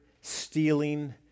stealing